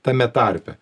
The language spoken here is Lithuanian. tame tarpe